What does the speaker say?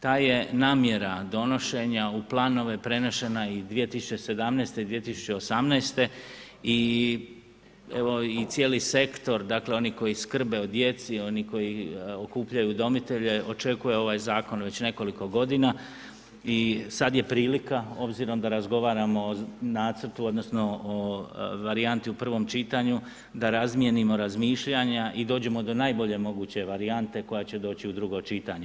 Ta je namjera donošenja u planove prenešena i 2017. i 2018. i evo cijeli sektor oni koji skrbe o djeci, oni koji okupljaju udomitelje, očekuju ovaj zakon već nekoliko godina i sada je prilika s obzirom da razgovaramo o nacrtu odnosno o varijanti u prvom čitanju da razmijenimo razmišljanja i dođemo do najbolje moguće varijante koja će doći u drugo čitanje.